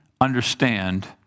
understand